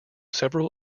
several